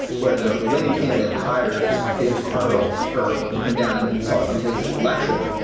where the the winning candidate hires james carville's firm to come down and consult on his election.